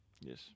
Yes